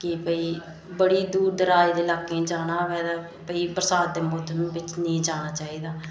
कि भाई बड़ी दूर दराज ल्हाके च जाना होऐ ते बरसात दे मौसम बिच नेईं जाना चाहिदा